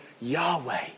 Yahweh